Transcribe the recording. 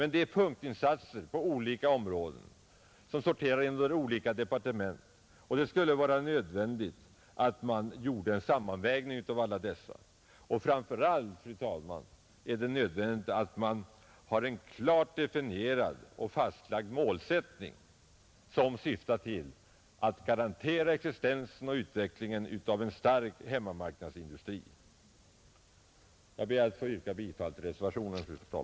Nu görs punktinsatser på olika områden som sorterar under olika departement, och det är nödvändigt att man gör en sammanvägning av alla insatser. Framför allt, fru talman, är det nödvändigt att man har en klart definierad och fastlagd målsättning som syftar till att garantera existensen och utvecklingen av en stark hemmamarknadsindustri. Fru talman! Jag ber att få yrka bifall till reservationerna.